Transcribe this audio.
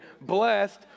blessed